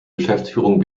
geschäftsführung